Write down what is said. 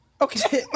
okay